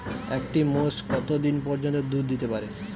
একটি মোষ কত দিন পর্যন্ত দুধ দিতে পারে?